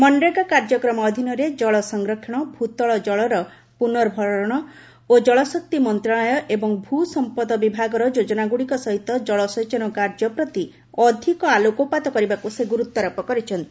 ମନରେଗା କାର୍ଯ୍ୟକ୍ରମ ଅଧୀନରେ ଜଳସଂରକ୍ଷଣ ଭ୍ତଳ ଜଳର ପୁର୍ନଭରଣ ଓ ଜଳଶକ୍ତି ମନ୍ତ୍ରଣାଳୟ ଏବଂ ଭ୍ର ସମ୍ପଦ ବିଭାଗର ଯୋଜନାଗୁଡ଼ିକ ସହିତ କଳସେଚନ କାର୍ଯ୍ୟ ପ୍ରତି ଅଧିକ ଆଲୋକପାତ କରିବାକୁ ସେ ଗୁରୁତ୍ୱାରୋପ କରିଛନ୍ତି